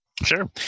Sure